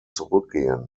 zurückgehen